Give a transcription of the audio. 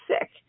sick